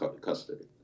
custody